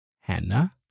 Hannah